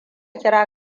kira